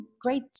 great